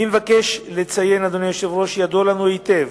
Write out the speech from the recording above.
אני מבקש לציין, אדוני היושב-ראש, שידוע לנו היטב,